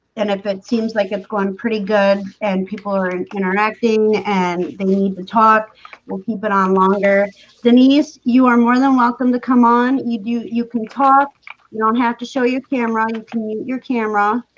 and if it seems like it's going pretty good and people are interacting and they need to talk we'll keep it on longer the meanest you are more than welcome to come on you you you can talk you don't have to show you camera. and you can use your camera